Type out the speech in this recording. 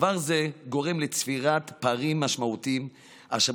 דבר זה גורם לצבירת פערים משמעותיים אשר